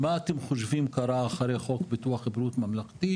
מה אתם חושבים שקרה לאחר חוק ביטוח בריאות ממלכתי?